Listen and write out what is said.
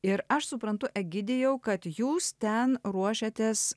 ir aš suprantu egidijau kad jūs ten ruošiatės